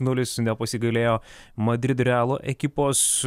nulis nepasigailėjo madrido realo ekipos